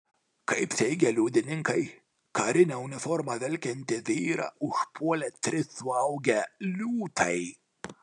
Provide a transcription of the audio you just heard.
kaip teigia liudininkai karine uniforma vilkintį vyrą užpuolė trys suaugę liūtai